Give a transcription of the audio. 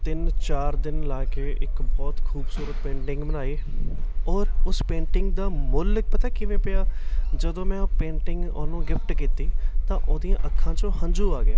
ਤਿੰਨ ਚਾਰ ਦਿਨ ਲਾ ਕੇ ਇੱਕ ਬਹੁਤ ਖੂਬਸੂਰਤ ਪੇਂਟਿੰਗ ਬਣਾਈ ਔਰ ਉਸ ਪੇਂਟਿੰਗ ਦਾ ਮੁੱਲ ਪਤਾ ਕਿਵੇਂ ਪਿਆ ਜਦੋਂ ਮੈਂ ਉਹ ਪੇਂਟਿੰਗ ਉਹਨੂੰ ਗਿਫ਼ਟ ਕੀਤੀ ਤਾਂ ਉਹਦੀਆਂ ਅੱਖਾਂ 'ਚੋਂ ਹੰਝੂ ਆ ਗਿਆ